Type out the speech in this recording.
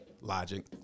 logic